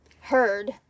heard